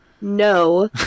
no